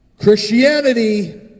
Christianity